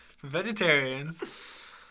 Vegetarians